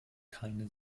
keine